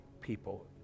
people